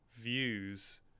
views